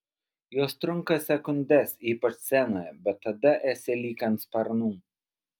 jos trunka sekundes ypač scenoje bet tada esi lyg ant sparnų